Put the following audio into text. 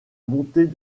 montée